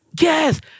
Yes